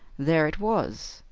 there it was,